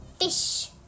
fish